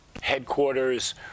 headquarters